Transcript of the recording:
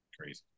Crazy